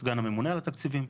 סגן הממונה על התקציבים,